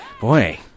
Boy